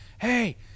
hey